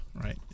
right